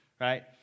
right